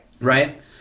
Right